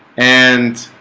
and